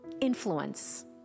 influence